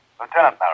Lieutenant